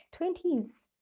20s